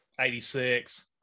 86